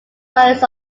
values